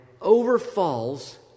overfalls